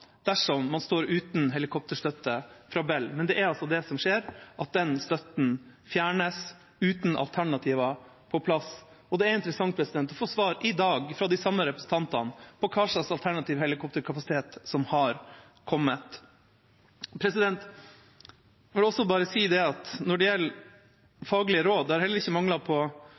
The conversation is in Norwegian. dersom man står uten helikopterstøtte fra Bell. Men det er altså det som skjer, at støtten fjernes uten alternativer på plass. Det er interessant å få svar i dag, fra de samme representantene, om hva slags alternativ helikopterkapasitet som har kommet. Jeg vil også bare si at når det gjelder faglige råd, har det heller ikke manglet på